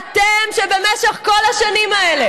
אתם, שבמשך כל השנים האלה,